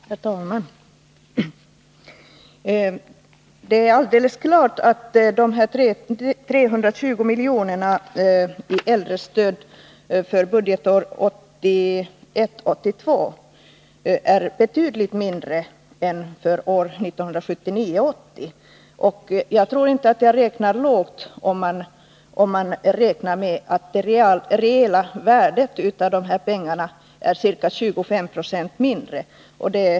Herr talman! Det är alldeles klart att de här 320 miljonerna i äldrestöd för budgetåret 1981 80. Jag tror inte att jag räknar lågt om jag uppskattar att det reella värdet av dessa pengar är ca 25 9o mindre nu.